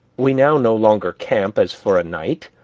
we now no longer camp as for a night,